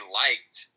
liked